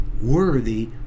worthy